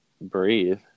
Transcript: breathe